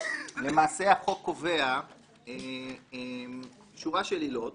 למעשה, החוק קובע שורה של עילות.